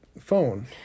phone